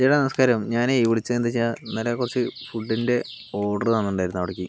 ചേട്ടാ നമസ്കാരം ഞാൻ വിളിച്ചത് എന്താണെന്ന് വെച്ചാൽ ഇന്നലെ കുറച്ച് ഫുഡിൻ്റെ ഓർഡറ് തന്നിട്ടുണ്ടായിരുന്നു അവിടേക്ക്